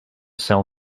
sell